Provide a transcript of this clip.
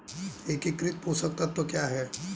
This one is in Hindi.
एकीकृत पोषक तत्व क्या है?